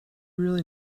really